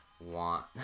want